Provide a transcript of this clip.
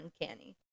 uncanny